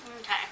Okay